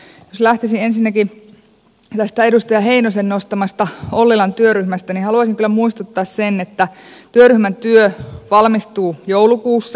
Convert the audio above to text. jos lähtisin ensinnäkin tästä edustaja heinosen nostamasta ollilan työryhmästä niin haluaisin kyllä muistuttaa että työryhmän työ valmistuu joulukuussa